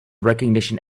recognition